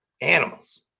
Animals